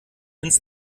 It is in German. ins